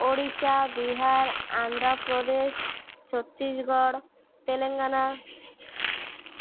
Odisha Bihar Andhra Pradesh Chhattisgarh Telangana